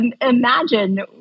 imagine